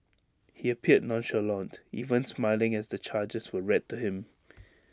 he appeared nonchalant even smiling as the charges were read to him